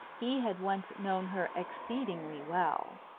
he had once known her exceedingly well,